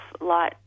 light